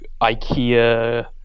ikea